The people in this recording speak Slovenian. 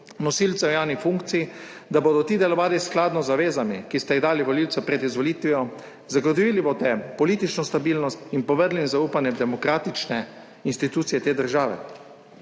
nosilcem javnih funkcij, da bodo ti delovali skladno z zavezami, ki ste jih dali volivcem pred izvolitvijo, zagotovili boste politično stabilnost in povrnili zaupanje v demokratične institucije te države.